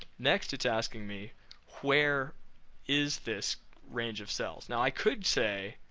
next it's asking me where is this range of cells, now i could say